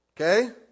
Okay